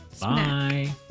Bye